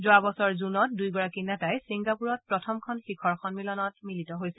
যোৱা বছৰ জুনত দুই গৰাকী নেতাই ছিংগাপুৰত প্ৰথমখন শিখৰ সন্মিলনত মিলিত হৈছিল